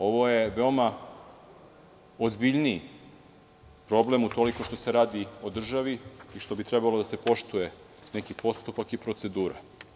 Ovo je veoma ozbiljan problem, utoliko što se radi o državi i što bi trebalo da se poštuje neki postupak i procedura.